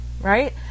right